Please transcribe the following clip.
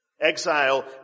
Exile